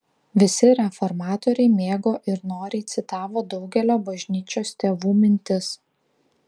visi reformatoriai mėgo ir noriai citavo daugelio bažnyčios tėvų mintis